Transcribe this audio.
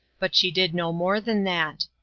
but she did no more than that.